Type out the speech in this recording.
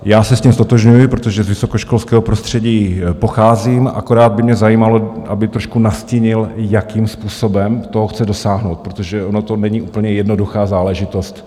Já se s tím ztotožňuji, protože z vysokoškolského prostředí pocházím, akorát by mě zajímalo, aby trošku nastínil, jakým způsobem toho chce dosáhnout, protože ono to není úplně jednoduchá záležitost.